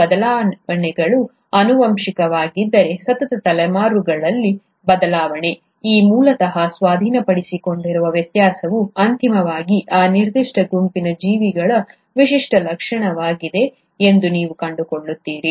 ಈ ಬದಲಾವಣೆಗಳು ಆನುವಂಶಿಕವಾಗಿದ್ದರೆ ಸತತ ತಲೆಮಾರುಗಳಲ್ಲಿ ಬದಲಾವಣೆ ಈ ಮೂಲತಃ ಸ್ವಾಧೀನಪಡಿಸಿಕೊಂಡಿರುವ ವ್ಯತ್ಯಾಸವು ಅಂತಿಮವಾಗಿ ಆ ನಿರ್ದಿಷ್ಟ ಗುಂಪಿನ ಜೀವಿಗಳ ವಿಶಿಷ್ಟ ಲಕ್ಷಣವಾಗಿದೆ ಎಂದು ನೀವು ಕಂಡುಕೊಳ್ಳುತ್ತೀರಿ